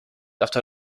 after